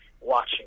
watching